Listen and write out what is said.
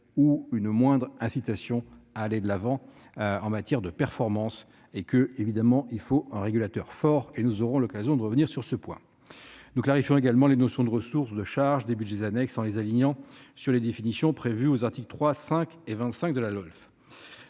ou une moindre incitation à aller de l'avant en matière de performances. Évidemment, il faut un régulateur fort, et nous aurons l'occasion de revenir sur ce point. Nous clarifions également les notions de ressources et de charges des budgets annexes, en les alignant sur les définitions prévues aux articles 3, 5 et 25 de la LOLF.